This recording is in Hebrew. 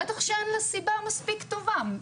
בטח שאין סיבה מספיק טובה.